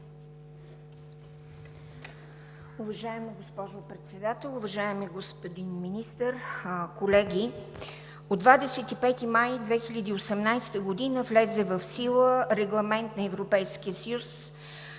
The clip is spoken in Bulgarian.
Уважаема госпожо Председател, уважаеми господин Министър, колеги! От 25 май 2018 г. влезе в сила Регламент на Европейския съюз